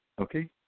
okay